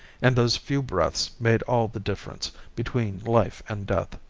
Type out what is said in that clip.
and those few breaths made all the difference between life and death.